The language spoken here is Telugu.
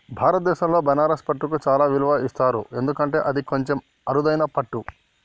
భారతదేశంలో బనారస్ పట్టుకు చాలా విలువ ఇస్తారు ఎందుకంటే అది కొంచెం అరుదైన పట్టు